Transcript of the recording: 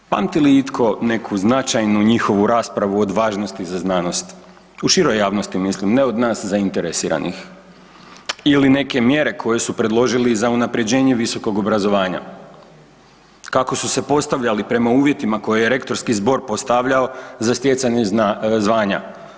Pamti li itko neku značajnu njihovu raspravu od važnosti za znanost u široj javnosti mislim, ne od nas zainteresiranih ili neke mjere koje su predložili za unapređenje visokog obrazovanja kako su se postavljali prema uvjetima koje je Rektorski zbor postavljao za stjecanje zvanja.